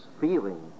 feeling